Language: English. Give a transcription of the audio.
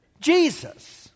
Jesus